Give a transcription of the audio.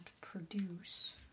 produce